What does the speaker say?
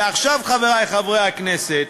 ועכשיו, חברי חברי הכנסת,